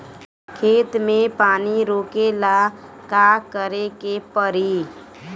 खेत मे पानी रोकेला का करे के परी?